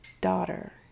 daughter